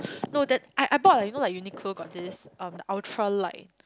no that I I bought like you know like Uniqlo got this um the ultralight